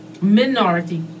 Minority